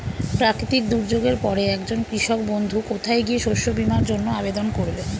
প্রাকৃতিক দুর্যোগের পরে একজন কৃষক বন্ধু কোথায় গিয়ে শস্য বীমার জন্য আবেদন করবে?